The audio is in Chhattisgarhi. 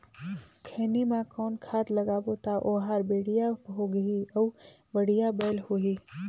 खैनी मा कौन खाद लगाबो ता ओहार बेडिया भोगही अउ बढ़िया बैल होही?